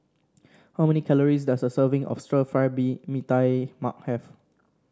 how many calories does a serving of stir fry bee Mee Tai Mak have